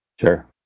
Sure